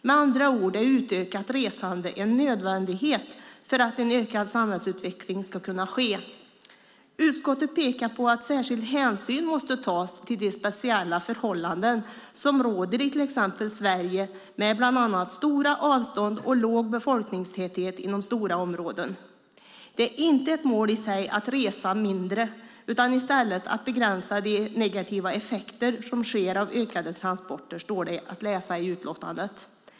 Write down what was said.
Med andra ord är utökat resande en nödvändighet för att en ökad samhällsutveckling ska kunna ske. Utskottet pekar på att särskild hänsyn måste tas till de speciella förhållanden som råder i till exempel Sverige med bland annat stora avstånd och låg befolkningstäthet inom stora områden. Det är inte ett mål i sig att resa mindre utan i stället att begränsa de negativa effekter som kommer av ökade transporter, står det att läsa i utlåtandet.